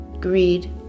Greed